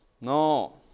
No